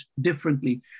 differently